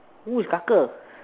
who is